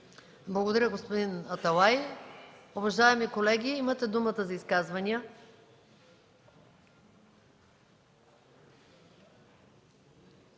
Благодаря, господин Аталай. Уважаеми колеги, имате думата за изказвания.